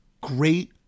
great